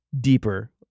deeper